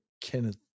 Kenneth